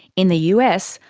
in the us,